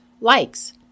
likes